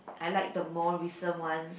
I like the more recent one